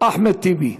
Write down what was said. אחמד טיבי,